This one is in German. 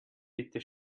bitte